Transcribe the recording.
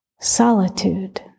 Solitude